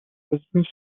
business